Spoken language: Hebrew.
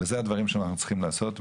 אלה הדברים שאנחנו צריכים לעשות.